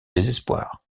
désespoir